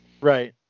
Right